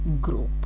group